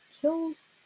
kills